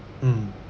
mm